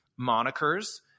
monikers